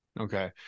Okay